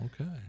okay